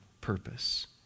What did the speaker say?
purpose